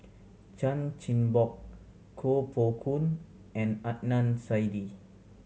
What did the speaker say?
Chan Chin Bock Koh Poh Koon and Adnan Saidi